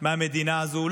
אכפת להם מהמדינה הזו.